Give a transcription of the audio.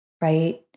right